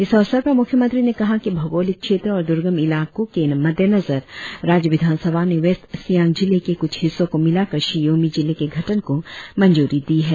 इस अवसर पर मुख्यमंत्री ने कहा कि भौगोलिक क्षेत्र और दुर्गम इलाके के मद्देनजर राज्य विधानसभा ने वेस्ट सियांग जिले कुछ हिस्सों को मिलाकर शि योमी जिले के गठन को मंजूरी दी है